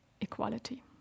equality